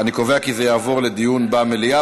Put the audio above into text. אני קובע כי זה יעבור לדיון במליאה.